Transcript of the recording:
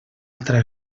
altra